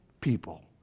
people